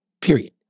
Period